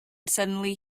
suddenly